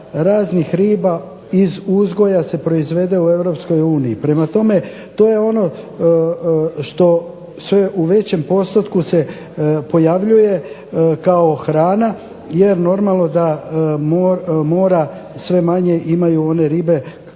raznih riba iz uzgoja se proizvede u Europskoj uniji. Prema tome, to je ono što sve u većem postotku se pojavljuje kao hrana. Jer normalno da mora sve manje imaju one ribe,